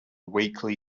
weekly